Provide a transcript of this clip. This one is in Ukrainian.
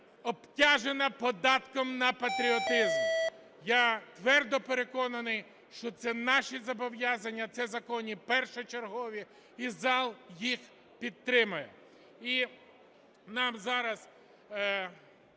обтяжена податком на патріотизм. Я твердо переконаний, що це наші зобов'язання, це закони першочергові і зал їх підтримає. І нам зараз